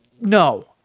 No